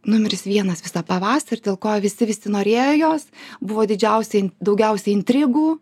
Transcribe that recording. numeris vienas visą pavasarį dėl ko visi visi norėjo jos buvo didžiausiai daugiausiai intrigų